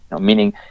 meaning